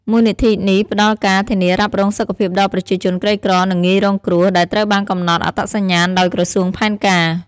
មូលនិធិនេះផ្តល់ការធានារ៉ាប់រងសុខភាពដល់ប្រជាជនក្រីក្រ និងងាយរងគ្រោះ ដែលត្រូវបានកំណត់អត្តសញ្ញាណដោយក្រសួងផែនការ។